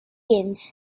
evidence